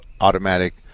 automatic